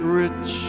rich